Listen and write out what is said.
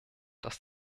dass